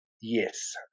yes